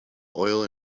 oil